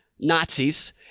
Nazis